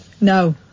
no